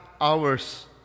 hours